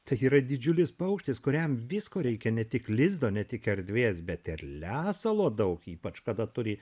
tai yra didžiulis paukštis kuriam visko reikia ne tik lizdo ne tik erdvės bet ir lesalo daug ypač kada turi